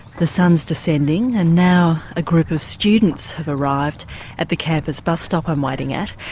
the sun's descending and now a group of students have arrived at the campus bus stop i'm waiting at,